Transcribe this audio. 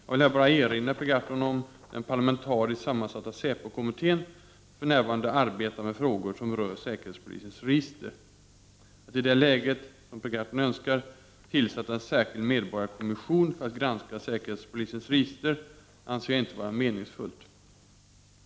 Jag vill här bara erinra Per Gahrton om att den parlamentariskt sammansatta säpokommittén för närvarande arbetar med frågor som rör säkerhetspolisens register. Att i det läget — som Per Gahrton önskar — tillsätta en särskild medborgarkommission för att granska säkerhetspolisens register anser jag inte vara meningsfullt.